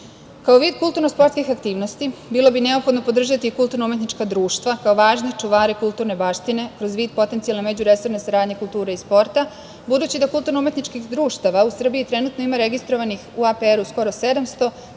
vid kulturno-sportskih aktivnosti bilo bi neophodno podržati i kulturno-umetnička društva kao važne čuvare kulturne baštine, kroz vid potencijalne međuresorne saradnje kulture i sporta, budući da kulturno umetničkih društava u Srbiji trenutno ima registrovanih u APR skoro 700,